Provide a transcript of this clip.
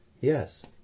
Yes